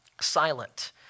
silent